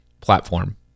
platform